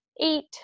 eight